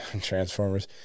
Transformers